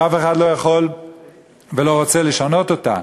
שאף אחד לא יכול ולא רוצה לשנות אותה.